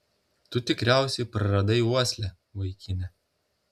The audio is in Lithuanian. tu tikriausiai praradai uoslę vaikine